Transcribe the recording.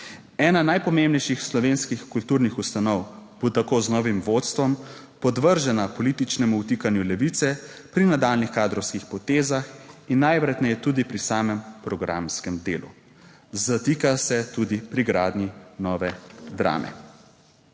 Ena najpomembnejših slovenskih kulturnih ustanov bo tako z novim vodstvom podvržena političnemu vtikanju levice pri nadaljnjih kadrovskih potezah in najverjetneje tudi pri samem programskem delu. Zatika se tudi pri gradnji nove Drame.